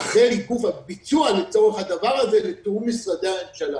רח"ל היא גוף הביצוע לצורך הדבר הזה לתיאום משרדי הממשלה.